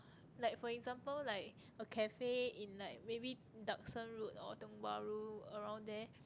like for example like a cafe in like maybe Duxton-road or Tiong-Bahru around there